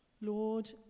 Lord